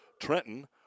Trenton